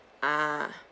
ah